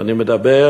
אני מדבר